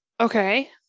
Okay